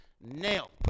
Nail